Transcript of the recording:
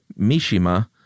Mishima